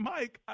Mike